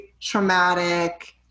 traumatic